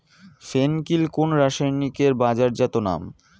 ফেন কিল কোন রাসায়নিকের বাজারজাত নাম?